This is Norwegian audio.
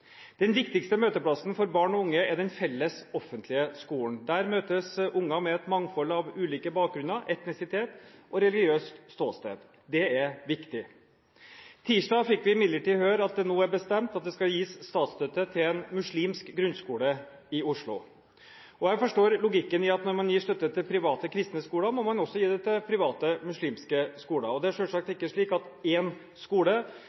Den viktigste møteplassen for barn og unge er den felles, offentlige skolen. Der møtes unger med et mangfold av ulike bakgrunner, etnisitet og religiøst ståsted. Det er viktig. Tirsdag fikk vi imidlertid høre at det nå er bestemt at det skal gis statsstøtte til en muslimsk grunnskole i Oslo. Jeg forstår logikken i at når man gir støtte til private kristne skoler, må man også gi det til private muslimske skoler, og det er selvsagt ikke slik at én skole